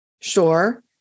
sure